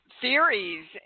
theories